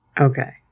Okay